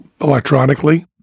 electronically